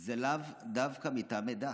זה לאו דווקא מטעמי דת.